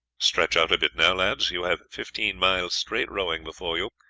stretch out a bit now, lads you have fifteen miles' straight rowing before you,